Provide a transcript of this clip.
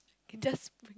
can just